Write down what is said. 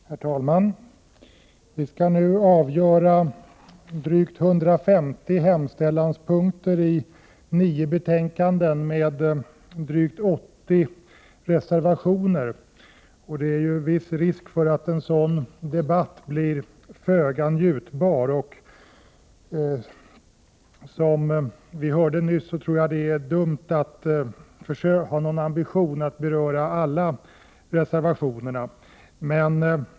Herr talman! Vi skall nu avgöra drygt 150 hemställanspunkter i 9 betänkanden, med drygt 80 reservationer. Det finns risk för att en sådan debatt blir föga njutbar. Jag har inte någon ambition att beröra alla reservationer.